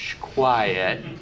quiet